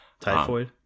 Typhoid